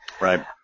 Right